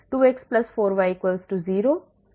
4x 2y 6